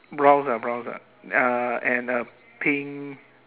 blouse ah blouse ah uh and a pink